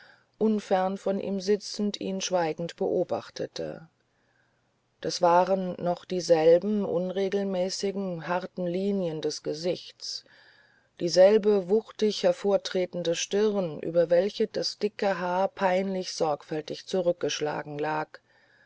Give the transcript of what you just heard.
unfern von ihm sitzend ihn schweigend beobachtete das waren noch dieselben unregelmäßigen harten linien des gesichts dieselbe wuchtig hervortretende stirne über welche das dicke haar peinlich sorgfältig zurückgeschlagen lag